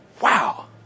Wow